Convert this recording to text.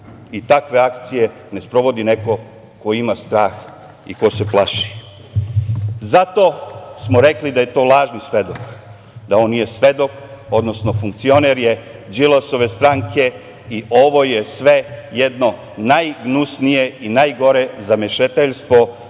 i takve akcije, ne sprovodi neko ko ima strah i ko se plaši. Zato smo rekli da je to lažni svedok, da on nije svedok, odnosno je funkcioner, Đilasove stranke, i ovo je sve jedno najgnusnije i najgore zamešeteljstvo